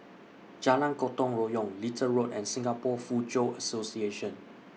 Jalan Gotong Royong Little Road and Singapore Foochow Association